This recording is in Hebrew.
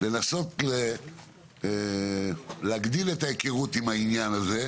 אני מבקש להגדיל את ההיכרות עם העניין הזה,